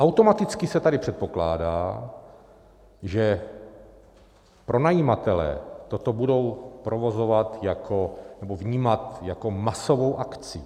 Automaticky se tady předpokládá, že pronajímatelé toto budou provozovat, nebo vnímat, jako masovou akci.